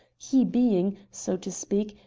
he being, so to speak,